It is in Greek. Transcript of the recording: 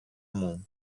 μου